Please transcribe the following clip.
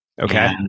Okay